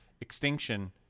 extinction